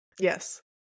yes